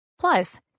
Plus